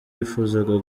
yifuzaga